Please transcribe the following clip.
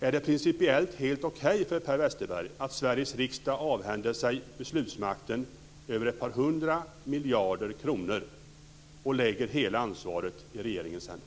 Är det principiellt helt okej för Per Westerberg att Sveriges riksdag avhänder sig beslutsmakten över ett par hundra miljarder kronor och lägger hela ansvaret i regeringens händer?